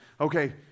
okay